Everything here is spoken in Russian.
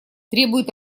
требует